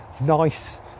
nice